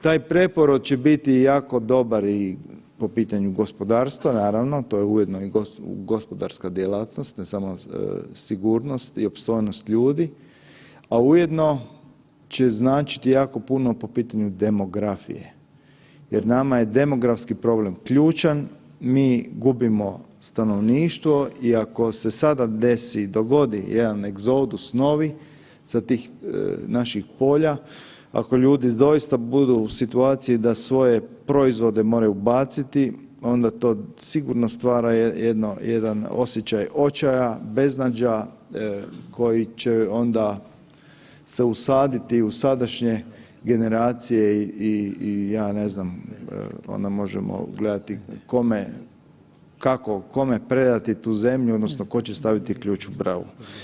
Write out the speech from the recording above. Taj preporod će biti jako dobar i po pitanju gospodarstva naravno, to je ujedno i gospodarska djelatnost, ne samo sigurnost i opstojnost ljudi, a ujedno će značiti jako puno po pitanju demografije jer nama je demografski problem ključan, mi gubimo stanovništvo i ako se sada desi, dogodi jedan egzodus novi sa tih naših polja, ako ljudi doista budu u situaciji da svoje proizvode moraju baciti, onda to sigurno stvara jedno, jedan osjećaj očaja, beznađa koji će onda se usaditi u sadašnje generacije i, i, i ja ne znam, onda možemo gledati kome, kako, kome predati tu zemlju odnosno ko će staviti ključ u bravu.